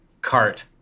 cart